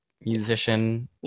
musician